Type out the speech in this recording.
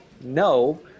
no